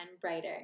brighter